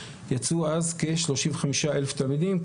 יצאו אז כ-35,000 תלמידים,